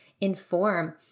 inform